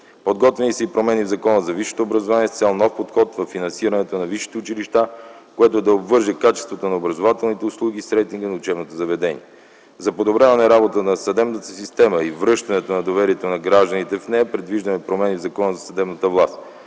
Подготвени са и промени в Закона за висшето образование с цел нов подход във финансирането на висшите училища, което да обвърже качеството на образователните услуги с рейтинга на учебното заведение. За подобряване работата на съдебната система и връщането на доверието на гражданите в нея предвиждаме промени в Закона за съдебната власт.